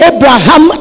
Abraham